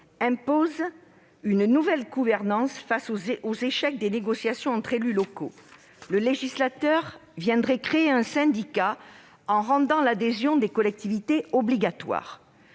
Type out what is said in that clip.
impose une nouvelle gouvernance face aux échecs des négociations entre élus locaux. Le législateur viendrait créer un syndicat en rendant l'adhésion des collectivités obligatoire.